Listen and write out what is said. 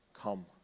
come